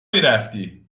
میرفتی